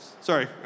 sorry